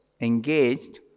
engaged